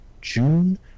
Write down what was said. June